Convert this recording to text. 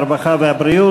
הרווחה והבריאות.